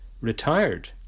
retired